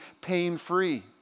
pain-free